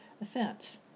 offense